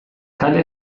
kale